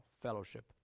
fellowship